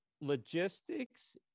Logistics